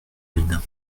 mine